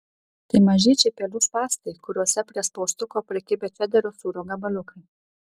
tai mažyčiai pelių spąstai kuriuose prie spaustuko prikibę čederio sūrio gabaliukai